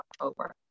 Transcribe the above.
October